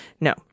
No